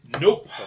Nope